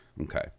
Okay